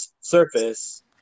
surface